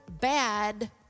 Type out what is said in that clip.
bad